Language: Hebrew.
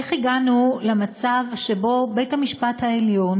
איך הגענו למצב שבו בית-המשפט העליון,